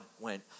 went